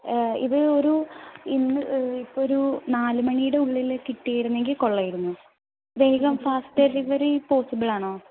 ഇത് ഒരു ഇന്ന് ഇപ്പോൾ ഒരു നാലുമണിയുടെ ഉള്ളിൽ കിട്ടിയിരുന്നെങ്കിൽ കൊള്ളാമായിരുന്നു വേഗം ഫാസ്റ്റ് ഡെലിവറി പോസിബിൾ ആണോ